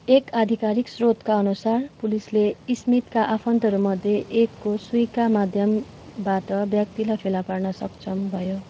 एक आधिकारिक स्रोतका अनुसार पुलिसले स्मिथका आफन्तहरूमध्ये एकको सुइँका माध्यमबाट व्यक्तिलाई फेला पार्न सक्षम भयो